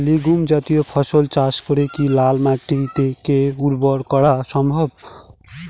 Legume জাতীয় ফসল চাষ করে কি লাল মাটিকে উর্বর করা সম্ভব?